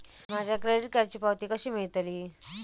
माझ्या क्रेडीट कार्डची पावती कशी मिळतली?